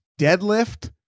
deadlift